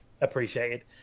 appreciated